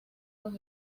los